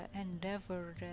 endeavor